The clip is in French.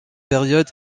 période